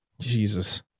Jesus